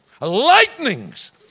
lightnings